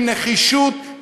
עם נחישות,